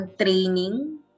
training